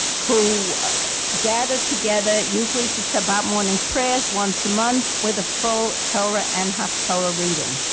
who gather together, usually for shabbat morning prayers, once a month, with a full torah and haftorah reading.